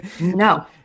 No